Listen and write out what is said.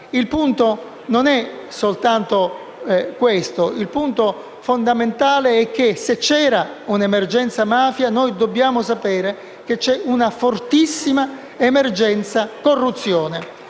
Il punto fondamentale è che se c'è un'emergenza mafia, noi dobbiamo sapere che c'è una fortissima emergenza corruzione.